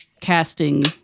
casting